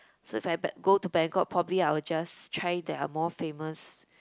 so if I b~ go to Bangkok probably I would just try to have more famous